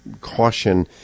caution